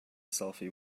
selfie